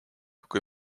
kui